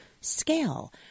scale